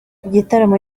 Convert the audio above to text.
igitaramo